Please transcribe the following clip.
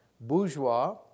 Bourgeois